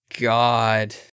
god